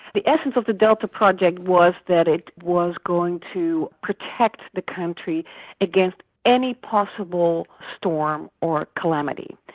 the essence of the delta project was that it was going to protect the country against any possible storm or calamity.